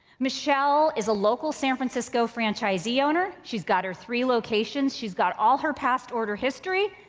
michele is a local san francisco franchisee owner. she's got her three locations. she's got all her past order history.